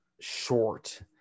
short